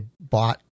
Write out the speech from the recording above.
bought